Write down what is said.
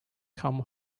come